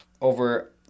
over